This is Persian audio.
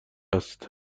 است